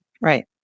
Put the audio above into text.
Right